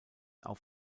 auf